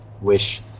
wish